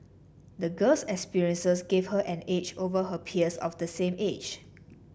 the girl's experiences gave her an edge over her peers of the same age